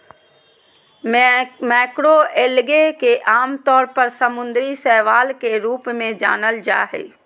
macroalgae के आमतौर पर समुद्री शैवाल के रूप में जानल जा हइ